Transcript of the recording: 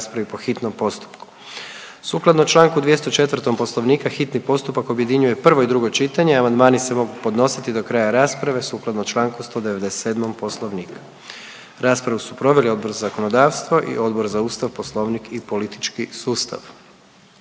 raspravi po hitnom postupku. Sukladno članku 204. Poslovnika hitni postupak objedinjuje prvo i drugo čitanje. Amandmani se mogu podnositi do kraja rasprave sukladno članku 197. Poslovnika. Raspravu su proveli Odbor za zakonodavstvo i Odbor za Ustav, Poslovnik i politički sustav.